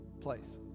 place